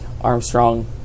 Armstrong